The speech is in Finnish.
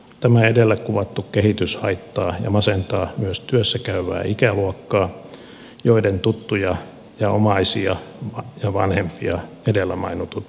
tämä edellä kuvattu kehitys haittaa ja masentaa myös työssä käyvää ikäluokkaa joiden tuttuja ja omaisia ja vanhempia edellä mainitut ovat